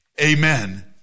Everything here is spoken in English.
Amen